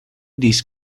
these